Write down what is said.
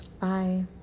bye